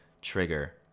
trigger